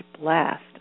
blast